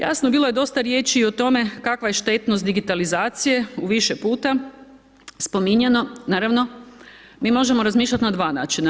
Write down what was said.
Jasno, bilo je dosta riječi i o tome kakva je štetnost digitalizacije u više puta spominjano, naravno, mi možemo razmišljati na dva načina.